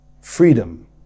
freedom